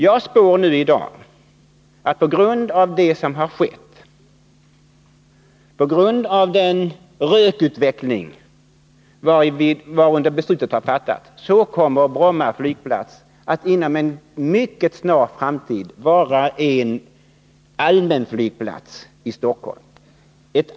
Jag spår i dag att Bromma flygplats på grund av det som har skett, på grund av den rökutveckling varunder beslutet har fattats, kommer att inom en mycket snar framtid vara blott en allmänflygplats i Stockholm.